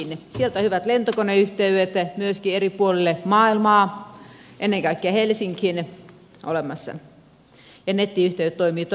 sieltä on hyvät lentokoneyhteydet myöskin eri puolille maailmaa ennen kaikkea helsinkiin olemassa ja nettiyhteydet toimivat todella hyvin